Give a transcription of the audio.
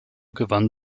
gewann